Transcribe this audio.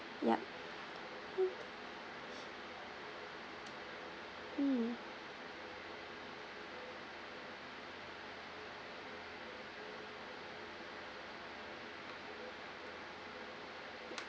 yup mm mm